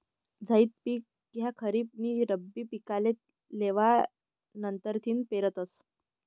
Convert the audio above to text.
झैद पिक ह्या खरीप नी रब्बी पिके लेवा नंतरथिन पेरतस